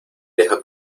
deja